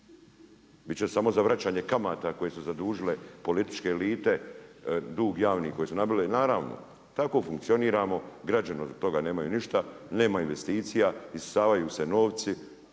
Biti će samo za vraćanje kamata koje su zadužile političke elite, dug javnih koji su nabile. I naravno, tako funkcioniramo, građani od toga nemaju ništa, nemaju investicija, isisavaju se novci